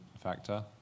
factor